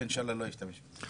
וגם אינשאללה לא אשתמש בזה.